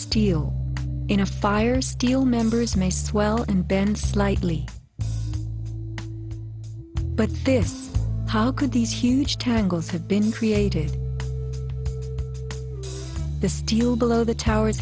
steel in a fire steel members may swell and bend slightly but this how could these huge tangles have been created the steel below the towers